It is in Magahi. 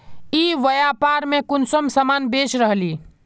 ई व्यापार में कुंसम सामान बेच रहली?